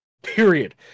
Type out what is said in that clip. Period